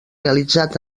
realitzat